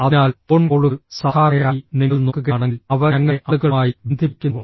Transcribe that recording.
അതിനാൽ ഫോൺ കോളുകൾ സാധാരണയായി നിങ്ങൾ നോക്കുകയാണെങ്കിൽ അവ ഞങ്ങളെ ആളുകളുമായി ബന്ധിപ്പിക്കുന്നു